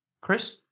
Chris